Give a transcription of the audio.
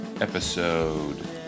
episode